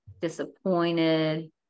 disappointed